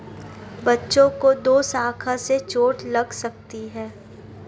बच्चों को दोशाखा से चोट लग सकती है